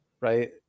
right